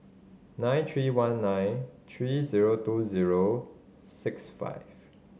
nine three one nine three zero two zero six five